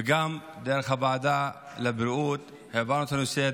וגם דרך הוועדה לבריאות העברנו את הנושא,